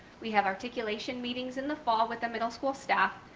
we have articulation meetings in the fall with the middle school staff.